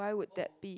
why would that be